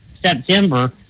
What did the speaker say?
September